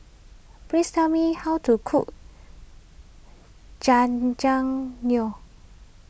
please tell me how to cook Jajangmyeon